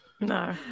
No